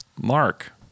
Mark